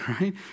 right